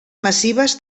massives